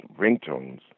ringtones